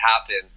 happen